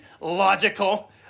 Logical